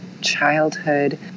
childhood